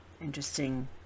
interesting